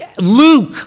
Luke